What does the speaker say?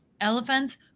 elephants